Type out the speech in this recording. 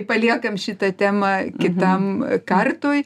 paliekam šitą temą kitam kartui